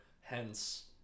hence